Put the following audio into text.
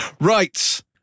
Right